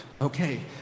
Okay